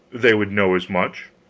they would know as much,